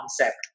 concept